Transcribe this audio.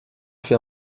faits